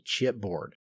chipboard